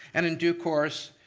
and in due course,